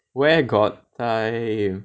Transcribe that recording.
where got time